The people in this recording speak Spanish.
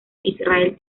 israel